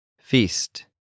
Feast